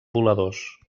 voladors